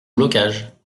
blocage